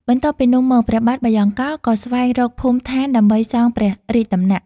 បន្ទាប់ពីនោះមក ព្រះបាទបាយ៉ង់កោរក៏ស្វែងរកភូមិឋានដើម្បីសង់ព្រះរាជដំណាក់។